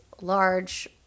large